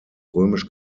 römisch